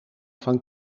van